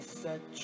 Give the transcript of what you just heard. set